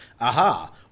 Aha